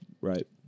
Right